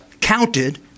counted